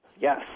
yes